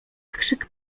krzyk